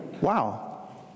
Wow